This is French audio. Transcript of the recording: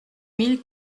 mille